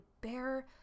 bare